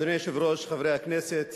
אדוני היושב-ראש, חברי הכנסת